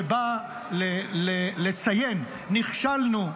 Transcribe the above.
שבאה לציין: נכשלנו,